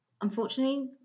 Unfortunately